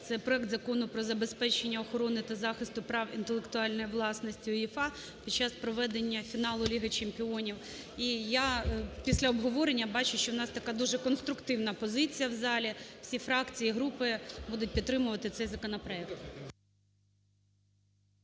це проект Закону про забезпечення охорони та захисту прав інтелектуальної власності УЄФА під час проведення фіналу Ліги Чемпіонів. І я після обговорення бачу, що у нас така дуже конструктивна позиція в залі. Всі фракції і групи будуть підтримувати цей законопроект.